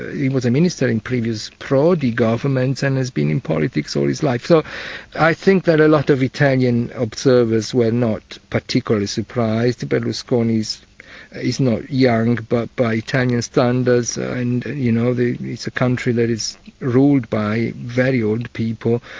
he was a minister in previous prodi governments and has been in politics all his life. life. so i think that a lot of italian observers were not particularly surprised. berlusconi is is not young, but by italian standards, and you know it's a country that is ruled by very old people.